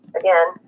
again